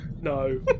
No